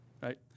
Right